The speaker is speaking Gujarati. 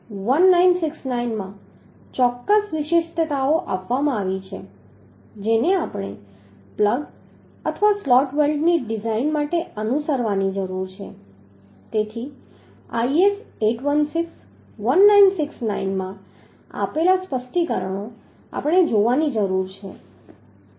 હવે IS816 1969 માં ચોક્કસ વિશિષ્ટતાઓ આપવામાં આવી છે જેને આપણે પ્લગ અથવા સ્લોટ વેલ્ડની ડિઝાઇન માટે અનુસરવાની જરૂર છે તેથી IS816 1969 માં આપેલા સ્પષ્ટીકરણો આપણે જોવાની જરૂર છે